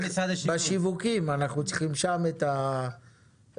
בשיווקים אנחנו צריכים את הדרישה.